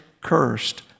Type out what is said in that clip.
cursed